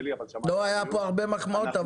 היו פה הרבה מחמאות,